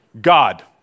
God